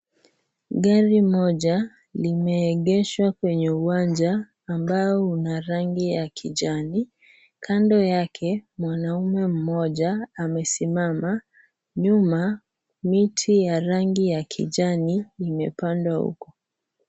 Gari moja, limeegeshwa kwenye uwanja ambao una rangi ya kijani. Kando yake, mwanaume mmoja amesimama. Nyuma, miti ya rangi ya kijani imepandwa huko.